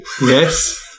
Yes